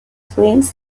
filmed